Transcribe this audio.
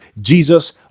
jesus